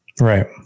Right